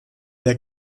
der